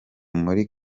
muri